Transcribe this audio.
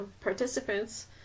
participants